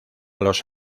los